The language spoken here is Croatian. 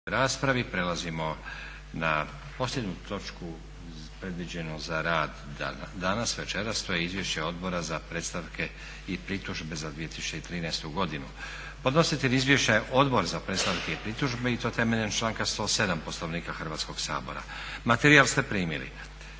(SDP)** Prelazimo na posljednju točku predviđenu za rad dana, večeras to je: - Izvješće Odbora za predstavke i pritužbe za 2013.; Podnositelj Izvješća je Odbor za predstavke i pritužbe i to temeljem članka 107. Poslovnika Hrvatskoga sabora. Materijal ste primili.